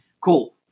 Cool